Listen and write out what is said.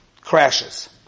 Crashes